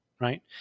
right